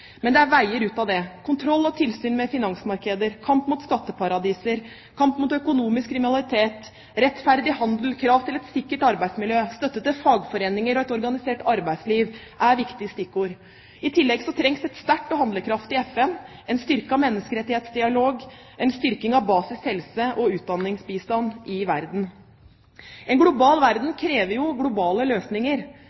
Men det er veier ut av det. Kontroll og tilsyn med finansmarkeder, kamp mot skatteparadiser, kamp mot økonomisk kriminalitet, rettferdig handel, krav til et sikkert arbeidsmiljø, støtte til fagforeninger og et organisert arbeidsliv er viktige stikkord. I tillegg trengs et sterkt og handlekraftig FN, en styrket menneskerettighetsdialog, en styrking av basis helse og utdanningsbistand i verden. En global verden